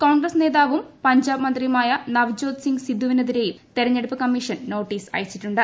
കോൺഗ്രസ് നേതാവും പഞ്ചാബ് മന്ത്രിയുമായ നവജ്യോത് സിങ്ങ് സിദ്ദുവുനെതിരെയും തെരഞ്ഞെടുപ്പ് കമ്മീഷൻ നോട്ടീസ് അയച്ചിട്ടുണ്ട്